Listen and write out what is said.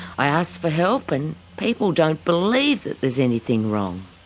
i ask for help and people don't believe that there's anything wrong.